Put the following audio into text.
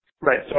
Right